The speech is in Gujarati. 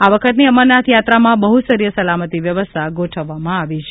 આ વખતની અમરનાથ યાત્રામાં બહુસ્તરીય સલામતિ વ્યવસ્થા ગોઠવવામાં આવી છે